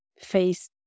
face